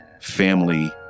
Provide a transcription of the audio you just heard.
family